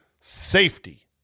safety